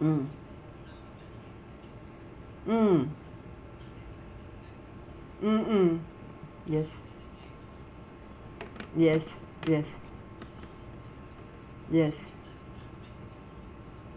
mm mm mm mm mm yes yes yes yes